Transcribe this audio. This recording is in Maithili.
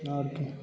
आओर